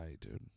dude